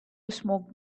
smoke